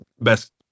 best